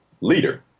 leader